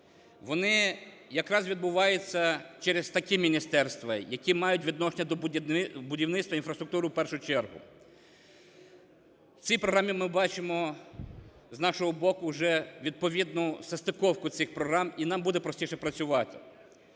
вони якраз відбуваються через такі міністерства, які мають відношення до будівництва і інфраструктури в першу чергу. В цій програмі ми бачимо з нашого боку вже відповідну состыковку цих програм, і нам буде простіше працювати.